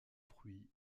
fruits